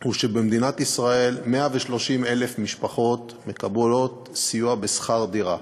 הוא שבמדינת ישראל 130,000 משפחות מקבלות סיוע בשכר דירה.